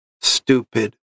Stupid